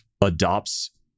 adopts